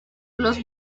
los